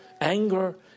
anger